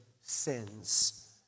sins